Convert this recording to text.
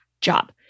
job